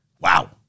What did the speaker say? Wow